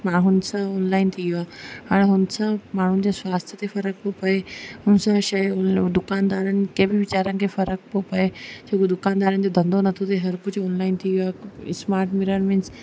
हाणे सभु ऑनलाइन थी वियो आहे हाणे हुन सां माण्हुनि जे स्वास्थ्य ते फर्क़ु थो पिए हुन सां छा आहे दुकानदारनि खे बि वीचारनि खे फर्क़ु थो पिए छो की दुकानदारनि जो धंधो नथो थिए हर कुझु ऑनलाइन थी वियो आहे इस्मार्ट मिरर मिन्स